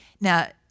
Now